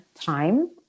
time